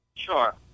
Sure